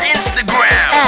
Instagram